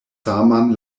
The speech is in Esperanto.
saman